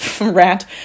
rant